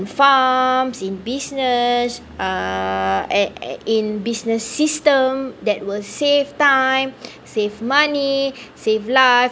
farms in business uh at in business system that will save time save money save lives